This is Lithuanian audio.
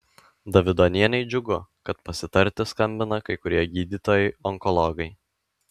davidonienei džiugu kad pasitarti skambina kai kurie gydytojai onkologai